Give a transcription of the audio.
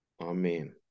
Amen